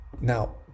Now